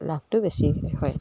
লাভটো বেছি হয়